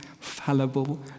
fallible